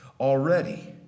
already